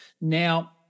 Now